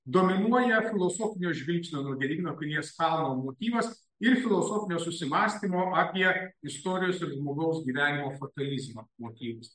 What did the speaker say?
dominuoja filosofinio žvilgsnio nuo gedimino pilies kalno motyvas ir filosofinio susimąstymo apie istorijos ir žmogaus gyvenimo fatalizmą motyvas